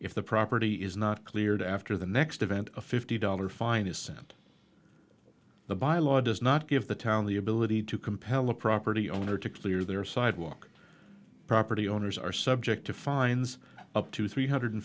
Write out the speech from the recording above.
if the property is not cleared after the next event a fifty dollars fine is sent the by law does not give the town the ability to compel the property owner to clear their sidewalk property owners are subject to fines up to three hundred